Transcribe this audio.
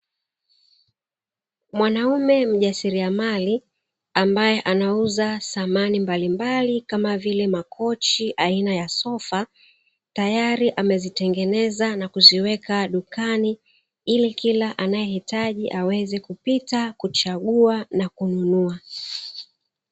Mwanaume mjasiriamali ,ambae anauza samani mbalimbali kama vile makochi aina ya sofa, tayali amezitengeneza na kuziweka dukani, ili kila anaeitaji aweze kupita kuchagua na kununua.